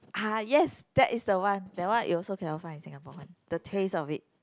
ah yes that is the one that one you also cannot find in Singapore one the taste of it